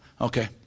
Okay